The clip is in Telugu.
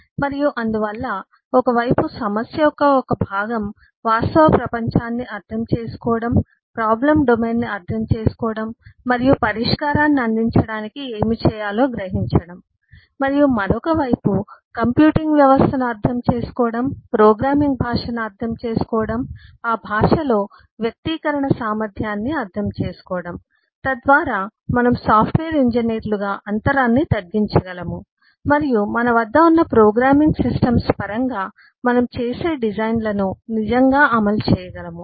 మరియు అందువల్ల ఒక వైపు సమస్య యొక్క ఒక భాగం వాస్తవ ప్రపంచాన్ని అర్థం చేసుకోవడం ప్రాబ్లం డొమైన్ను అర్థం చేసుకోవడం మరియు పరిష్కారాన్ని అందించడానికి ఏమి చేయాలో గ్రహించడం మరియు మరొక వైపు కంప్యూటింగ్ వ్యవస్థను అర్థం చేసుకోవడం ప్రోగ్రామింగ్ భాషను అర్థం చేసుకోవడం ఆ భాషలో వ్యక్తీకరణ సామర్థ్యాన్ని అర్థం చేసుకోవడం తద్వారా మనము సాఫ్ట్వేర్ ఇంజనీర్లుగా అంతరాన్ని తగ్గించగలము మరియు మన వద్ద ఉన్న ప్రోగ్రామింగ్ సిస్టమ్స్ పరంగా మనం చేసే డిజైన్లను నిజంగా అమలు చేయగలము